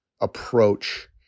approach